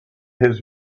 his